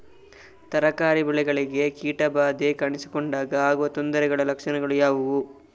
ತರಕಾರಿ ಬೆಳೆಗಳಿಗೆ ಕೀಟ ಬಾಧೆ ಕಾಣಿಸಿಕೊಂಡಾಗ ಆಗುವ ತೊಂದರೆಗಳ ಲಕ್ಷಣಗಳು ಯಾವುವು?